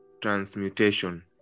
transmutation